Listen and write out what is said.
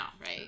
right